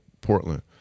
Portland